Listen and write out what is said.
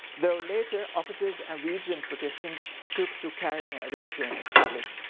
though later officers and regent patricians took to carrying a rapier in public.